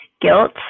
guilt